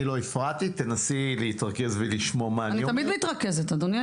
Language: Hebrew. אני לא הפרעתי תנסי להתרכז ולשמוע מה אני אומר.